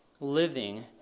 living